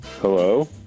Hello